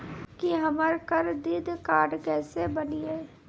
की हमर credit card केसे बनिये?